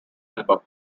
album